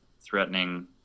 threatening